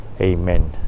Amen